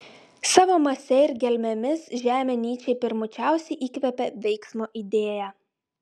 savo mase ir gelmėmis žemė nyčei pirmučiausiai įkvepia veiksmo idėją